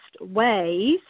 ways